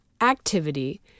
activity